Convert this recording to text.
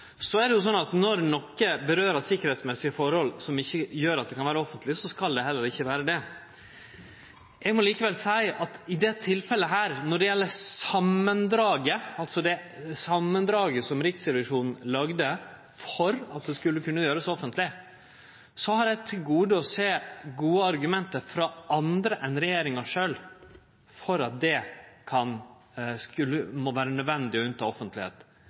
Så er det slik at når noko angår sikkerheitsmessige forhold, som gjer at det ikkje kan vere offentleg, skal det heller ikkje vere det. Eg må likevel seie at i dette tilfellet – når det gjeld det samandraget som Riksrevisjonen laga for at det kunne offentleggjerast – har eg til gode å sjå gode argument frå andre enn regjeringa sjølv for at det må vere unnateke offentlegheit.